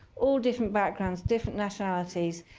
all different backgrounds, different nationalities,